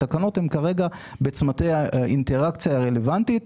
התקנות הן כרגע בצמתי האינטראקציה הרלוונטית,